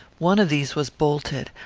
one of these was bolted.